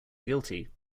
guilty